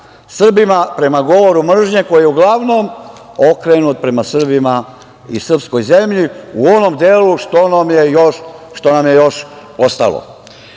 Srbima, prema govoru mržnje koji je uglavnom okrenut prema Srbima i srpskoj zemlji, u onom delu što nam je još ostalo. Dame